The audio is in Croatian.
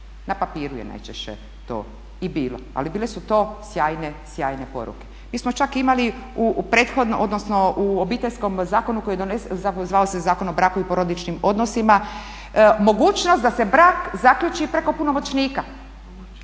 Na papiru je najčešće to i bilo, ali bile su to sjajne poruke. Mi smo čak imali u obiteljskom zakonu koji je donesen zvao se Zakon o braku i porodičnim odnosima, mogućnost da se brak zaključi preko punomoćnika.